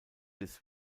des